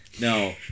No